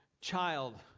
child